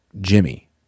Jimmy